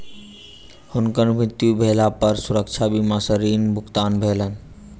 हुनकर मृत्यु भेला पर सुरक्षा बीमा सॅ ऋण भुगतान भेलैन